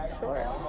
sure